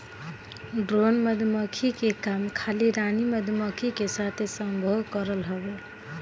drone मधुमक्खी के काम खाली रानी मधुमक्खी के साथे संभोग करल हवे